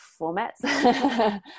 formats